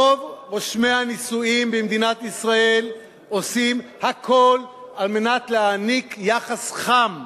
רוב רושמי הנישואים במדינת ישראל עושים הכול על מנת להעניק יחס חם,